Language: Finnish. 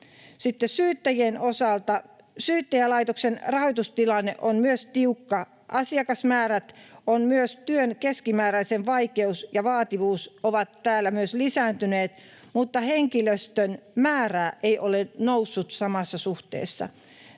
syyttäjien osalta: Myös Syyttäjälaitoksen rahoitustilanne on tiukka. Asiakasmäärät sekä myös työn keskimääräinen vaikeus ja vaativuus ovat täällä lisääntyneet, mutta henkilöstön määrä ei ole noussut samassa suhteessa.